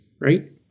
right